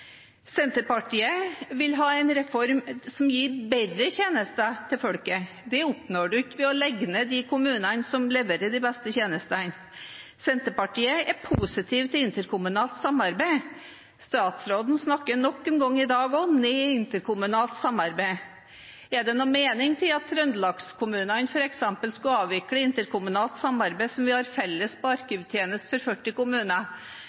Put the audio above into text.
Senterpartiet vil ha en reform som gir bedre tjenester til folket. Det oppnår en ikke ved å legge ned de kommunene som leverer de beste tjenestene. Senterpartiet er positiv til interkommunalt samarbeid. Statsråden snakker nok en gang i dag ned interkommunalt samarbeid. Er det noen mening i at Trøndelag-kommunene f.eks. skal avvikle interkommunalt samarbeid som vi har felles på arkivtjenester for 40 kommuner,